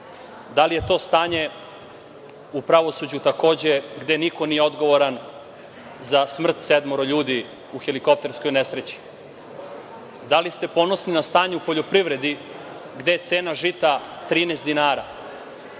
Da li je to stanje u pravosuđu takođe, gde niko nije odgovoran za smrt sedmoro ljudi u helikopterskoj nesreći? Da li ste ponosni na stanje u poljoprivredi gde cena žita 13 dinara,